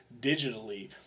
digitally